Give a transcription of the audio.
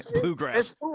bluegrass